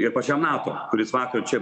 ir pačiam nato kuris vakar čia